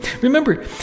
Remember